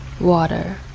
water